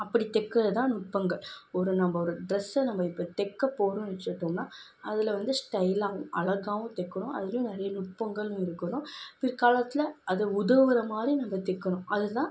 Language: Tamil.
அப்படி தைக்கிறது தான் நுட்பங்கள் ஒரு நம்ம ஒரு ட்ரெஸ்ஸை நம்ம இப்போ தைக்க போகிறோம்ன்னு வச்சுக்கிட்டோம்ன்னா அதில் வந்து ஸ்டைலாகவும் அழகாகவும் தைக்கிறோம் அதுலேயும் நிறைய நுட்பங்கள் இருக்கணும் பிற்காலத்தில் அது உதவுகிற மாதிரி நம்ம தைக்கிறோம் அதுதான்